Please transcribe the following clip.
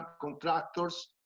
contractors